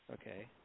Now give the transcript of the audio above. Okay